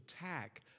attack